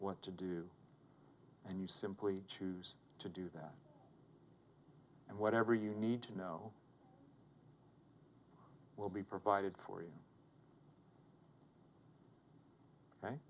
what to do and you simply choose to do that and whatever you need to know will be provided for you right